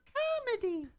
comedy